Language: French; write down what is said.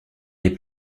des